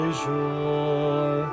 sure